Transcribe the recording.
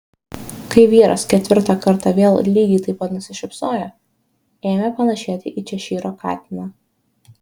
kai vyras ketvirtą kartą vėl lygiai taip pat nusišypsojo ėmė panašėti į češyro katiną